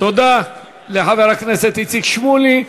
תודה לחבר הכנסת איציק שמולי.